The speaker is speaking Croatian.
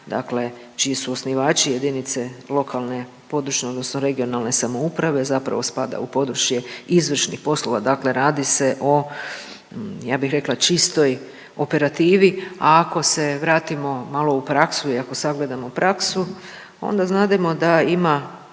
dakle čiji su osnivači jedinice lokalne, područne odnosno regionalne samouprave zapravo spada u područje izvršnih poslova, dakle radi se o ja bih rekla čistoj operativi, a ako se vratimo malo u praksu i ako sagledamo praksu onda znademo da ima